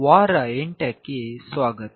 ವಾರ 8 ಕ್ಕೆ ಸ್ವಾಗತ